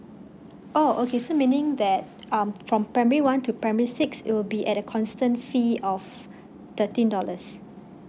oh okay so meaning that um from primary one to primary six it will be at a constant fee of thirteen dollars